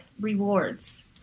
rewards